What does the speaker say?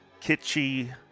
kitschy